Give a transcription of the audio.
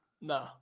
No